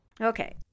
Okay